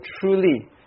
truly